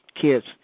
kids